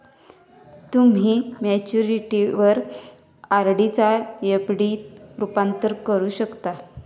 तुम्ही मॅच्युरिटीवर आर.डी चा एफ.डी त रूपांतर करू शकता